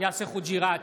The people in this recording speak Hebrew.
יאסר חוג'יראת,